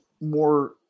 more